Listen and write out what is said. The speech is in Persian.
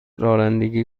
رانندگی